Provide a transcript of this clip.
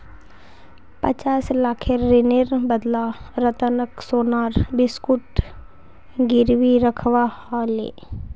पचास लाखेर ऋनेर बदला रतनक सोनार बिस्कुट गिरवी रखवा ह ले